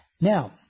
Now